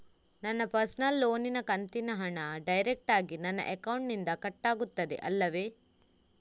ನನ್ನ ಪರ್ಸನಲ್ ಲೋನಿನ ಕಂತಿನ ಹಣ ಡೈರೆಕ್ಟಾಗಿ ನನ್ನ ಅಕೌಂಟಿನಿಂದ ಕಟ್ಟಾಗುತ್ತದೆ ಅಲ್ಲವೆ?